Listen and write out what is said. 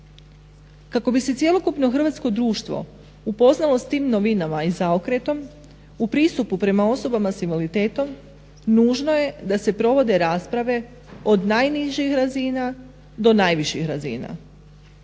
Kako bi se cjelokupno hrvatsko društvo upoznalo s tim novinama i zaokretom u pristupu prema osobama s invaliditetom nužno je da se provode rasprave od najnižih razina do najviših razina.